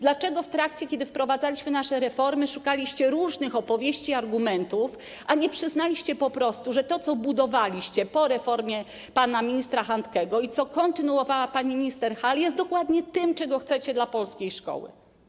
Dlaczego kiedy wprowadzaliśmy nasze reformy, szukaliście różnych opowieści i argumentów, a nie przyznaliście po prostu, że to, co budowaliście po reformie pana ministra Handkego i co kontynuowała pani minister Hall, jest dokładnie tym, czego chcecie dla polskiej szkoły?